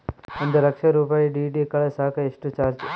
ಒಂದು ಲಕ್ಷ ರೂಪಾಯಿ ಡಿ.ಡಿ ಕಳಸಾಕ ಎಷ್ಟು ಚಾರ್ಜ್?